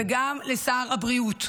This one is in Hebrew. וגם לשר הבריאות,